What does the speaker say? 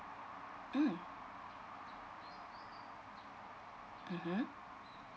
mm mmhmm